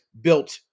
built